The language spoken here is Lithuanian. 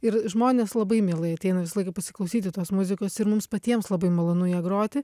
ir žmonės labai mielai ateina visą laiką pasiklausyti tos muzikos ir mums patiems labai malonu ją groti